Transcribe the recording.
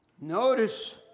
notice